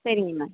சரிங்க மேம்